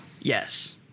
Yes